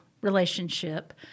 relationship